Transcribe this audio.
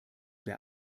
der